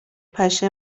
پشه